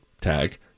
tag